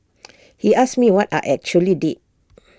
he asked me what I actually did